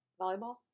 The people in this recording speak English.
volleyball